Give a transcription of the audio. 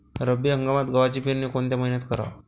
रब्बी हंगामात गव्हाची पेरनी कोनत्या मईन्यात कराव?